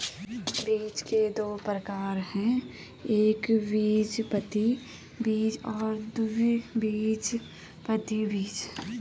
बीज के दो प्रकार है एकबीजपत्री बीज और द्विबीजपत्री बीज